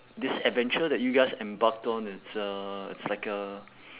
this adventure that you guys embarked on it's a it's like a